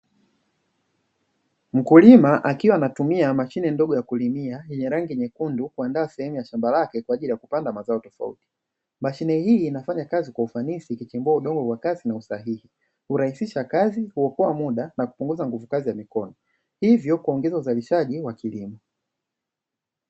Mkulima akiwa anatumia mashine ndogo ya kulimia yenye rangi nyekundu kuandaa sehemu ya shamba lake kwa ajili ya kupanda mazao tofauti. Mashine hii inafanya kazi kwa ufanisi ikichimbua udongo kwa kasi na usahihi, kurahisisha kazi, kuokoa muda na kupunguza nguvu kazi ya mkono, hivyo kuongeza uzalishaji wa kilimo.